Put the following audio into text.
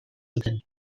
zuten